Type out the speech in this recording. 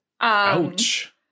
Ouch